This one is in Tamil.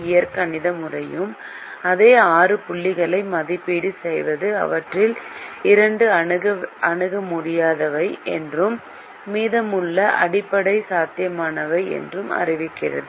இயற்கணித முறையும் அதே ஆறு புள்ளிகளை மதிப்பீடு செய்து அவற்றில் இரண்டு அணுக முடியாதவை என்றும் மீதமுள்ளவை அடிப்படை சாத்தியமானவை என்றும் அறிவிக்கிறது